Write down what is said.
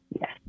Yes